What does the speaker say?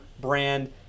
brand